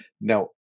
now